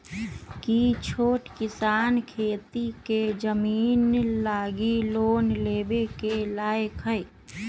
कि छोट किसान खेती के जमीन लागी लोन लेवे के लायक हई?